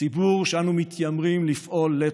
ציבור שאנו מתיימרים לפעול לטובתו.